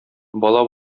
бала